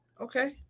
Okay